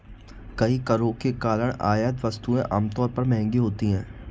कई करों के कारण आयात वस्तुएं आमतौर पर महंगी होती हैं